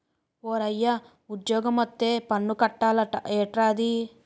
ఓరయ్యా ఉజ్జోగమొత్తే పన్ను కట్టాలట ఏట్రది